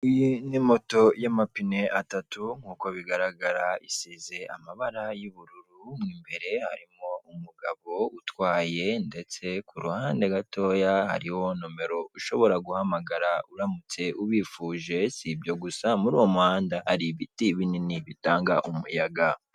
Iyi ni moto y'amapine atatu nkuko bigaragara isize amabara y'ubururu, mo imbere harimo umugabo utwaye, ndetse ku ruhande gatoya hariho nomero ushobora guhamagara uramutse ubifuje, si ibyo gusa muri uwo muhanda hari ibiti binini bitanga umuyaga.